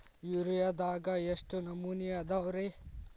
ಯೂರಿಯಾದಾಗ ಎಷ್ಟ ನಮೂನಿ ಅದಾವ್ರೇ?